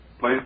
please